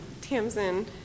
Tamsin